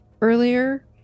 earlier